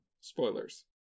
spoilers